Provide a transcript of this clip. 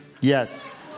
Yes